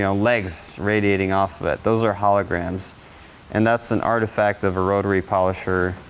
ah legs radiating off of it. those are holograms and that's an artifact of a rotary polisher.